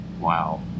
Wow